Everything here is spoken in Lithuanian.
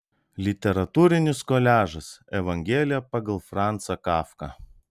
literatūrinis koliažas evangelija pagal francą kafką